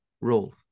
role